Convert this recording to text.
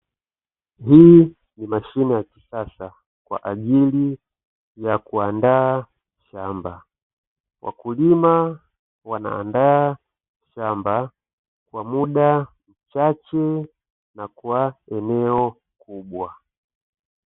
Hii ni mashine ya kisasa kwaajili ya kuandaa shamba, wakulima wanaandaa shamba kwa mda michache na kwa eneo kubwa.